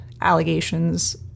allegations